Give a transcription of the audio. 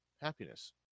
happiness